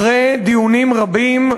אחרי דיונים רבים,